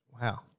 wow